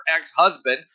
ex-husband